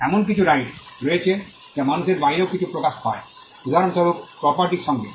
এমন কিছু রাইট রয়েছে যা মানুষের বাইরেও কিছুতে প্রকাশ পায় উদাহরণস্বরূপ প্রপার্টি সঙ্গে